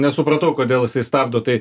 nesupratau kodėl jisai stabdo tai